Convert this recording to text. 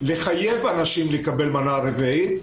לחייב אנשים לקבל מנה רביעית.